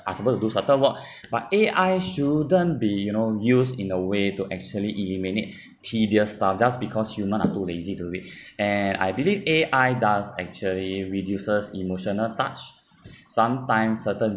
are supposed to do subtle work but A_I shouldn't be you know used in a way to actually eliminate tedious stuff just because human are too lazy to do it and I believe A_I does actually reduces emotional touch sometimes certain